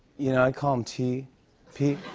you know i call him t p.